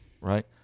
right